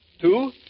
Two